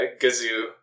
Gazoo